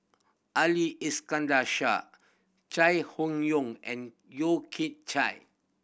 Ali Iskandar Shah Chai Hon Yoong and Yeo Kian Chai